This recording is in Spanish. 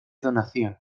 donación